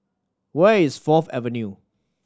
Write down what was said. where is Fourth Avenue